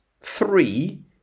three